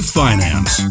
finance